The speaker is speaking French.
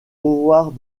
howard